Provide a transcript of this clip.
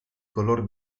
color